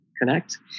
connect